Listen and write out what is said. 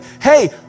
Hey